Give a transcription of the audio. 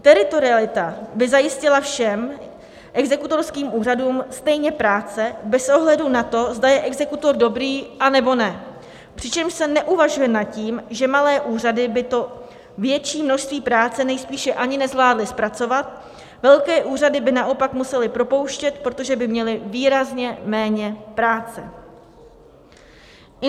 Teritorialita by zajistila všem exekutorským úřadům stejně práce bez ohledu na to, zda je exekutor dobrý, nebo ne, přičemž se neuvažuje nad tím, že malé úřady by to větší množství práce nejspíš ani nezvládly zpracovat, velké úřady by naopak musely propouštět, protože by měly výrazně méně práce.